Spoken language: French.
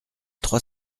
trois